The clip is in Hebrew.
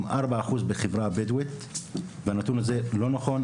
4% בחברה הבדואית וזה נתון שהוא לא נכון,